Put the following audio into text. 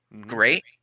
great